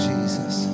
Jesus